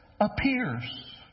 appears